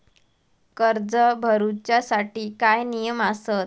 कर्ज भरूच्या साठी काय नियम आसत?